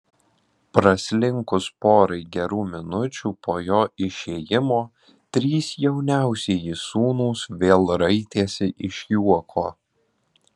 praslinkus porai gerų minučių po jo išėjimo trys jauniausieji sūnūs vėl raitėsi iš juoko